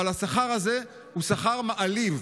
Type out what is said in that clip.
אבל השכר הזה הוא שכר מעליב.